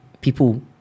people